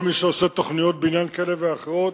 כל מי שעושה תוכניות בניין כאלה ואחרות,